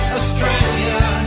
australia